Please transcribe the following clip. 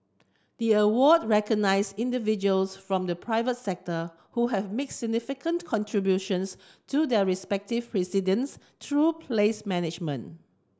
the award recognise individuals from the private sector who have mix significant contributions to their respective precincts through place management